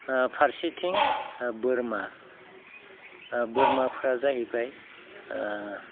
फारसेथिं बोरमा बोरमाफ्रा जाहैबाय